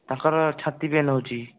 ତାଙ୍କର ଛାତି ପେନ୍ ହେଉଛି